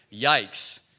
Yikes